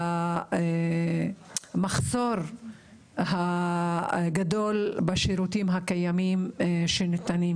המחסור הגדול בשירותים הקיימים שניתנים,